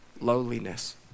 Lowliness